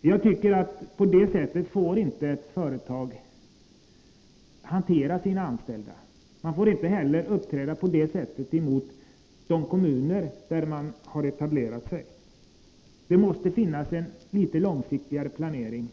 Jag tycker att på det sättet får inte ett företag hantera sina anställda. Man får inte heller uppträda på det sättet emot de kommuner där man har etablerat sig. Det måste finnas en litet långsiktigare planering.